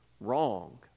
wrong